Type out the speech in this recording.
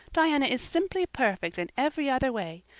diana is simply perfect in every other way.